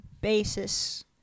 basis